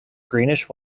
greenish